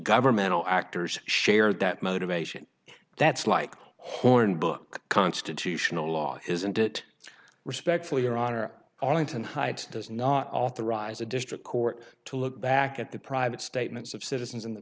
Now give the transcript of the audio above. governmental actors share that motivation that's like hornbook constitutional law isn't it respectfully your honor allington hyde does not authorize a district court to look back at the private statements of citizens in the